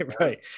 Right